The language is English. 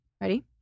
ready